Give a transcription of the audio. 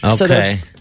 Okay